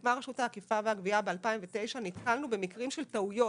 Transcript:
כשהוקמה רשות האכיפה והגבייה ב-2009 נתקלנו במקרים של טעויות.